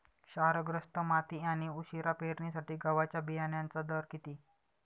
क्षारग्रस्त माती आणि उशिरा पेरणीसाठी गव्हाच्या बियाण्यांचा दर किती?